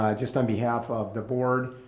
ah just on behalf of the board,